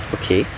okay